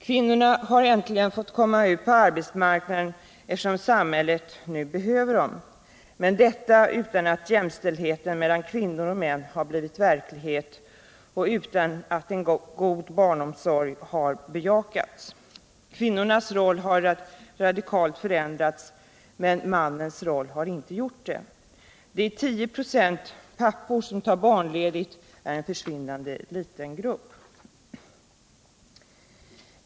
Kvinnorna har äntligen fått komma ut på arbetsmarknaden, eftersom samhället nu behöver dem, men detta utan att jämställdheten mellan kvinnor och män har blivit verklighet och utan att en god barnomsorg har bejakats. Kvinnans roll har radikalt förändrats men mannens roll har inte gjort det. De 10 96 pappor som tar barnledigt är en försvinnande liten grupp.